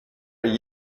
with